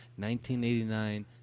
1989